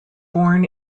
born